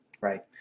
right